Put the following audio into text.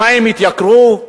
המים התייקרו,